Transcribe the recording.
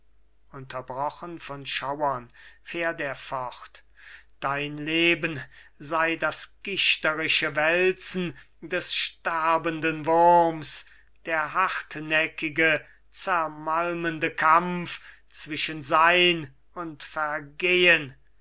unterbrochen von schauern fährt er fort dein leben sei das gichterische wälzen des sterbenden wurms der hartnäckige zermalmende kampf zwischen sein und vergehen